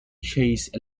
chase